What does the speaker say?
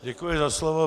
Děkuji za slovo.